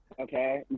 Okay